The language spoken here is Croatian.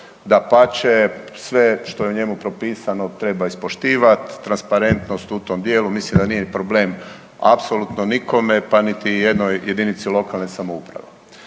Dapače, sve što je u njemu propisano treba ispoštivati. Transparentnost u tom dijelu mislim da nije problem apsolutno nikome, pa niti jednoj jedinici lokalne samouprave.